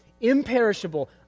imperishable